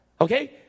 okay